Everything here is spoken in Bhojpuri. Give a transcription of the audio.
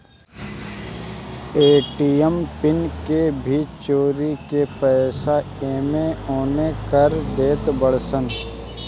ए.टी.एम पिन के भी चोरा के पईसा एनेओने कर देत बाड़ऽ सन